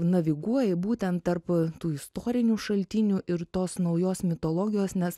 naviguoji būtent tarp tų istorinių šaltinių ir tos naujos mitologijos nes